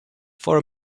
for